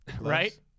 Right